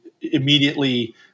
immediately